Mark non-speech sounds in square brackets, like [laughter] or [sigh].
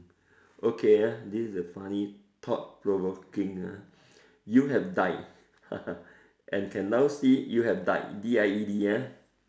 okay ah this is a funny thought provoking ah you have died [laughs] and can now see you have died D I E D ah